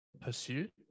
pursuit